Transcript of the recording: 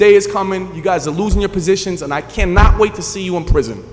day is coming you guys are losing your positions and i can't wait to see you in prison